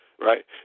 Right